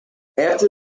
after